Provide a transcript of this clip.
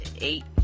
eight